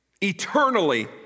eternally